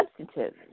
Substantive